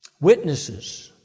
Witnesses